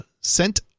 sent